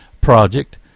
project